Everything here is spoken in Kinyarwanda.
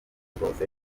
rwose